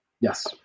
Yes